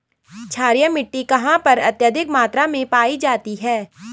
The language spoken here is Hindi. क्षारीय मिट्टी कहां पर अत्यधिक मात्रा में पाई जाती है?